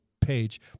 page